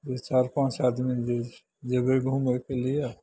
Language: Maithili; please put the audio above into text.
जे चारि पाँच आदमी जेबै घुमैके लिए